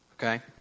Okay